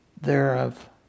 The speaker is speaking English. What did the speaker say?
Thereof